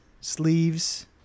sleeves